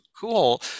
cool